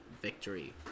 victory